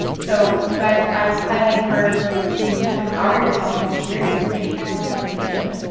so, you guys, i highly encourage you to empower yourself with the series and take this information.